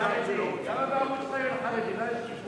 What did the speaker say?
איך אפשר לתת העדפה, למה בערוץ-2 אין חרדים?